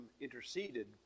interceded